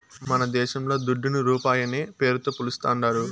మనదేశంల దుడ్డును రూపాయనే పేరుతో పిలుస్తాందారు